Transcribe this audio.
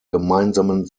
gemeinsamen